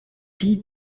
die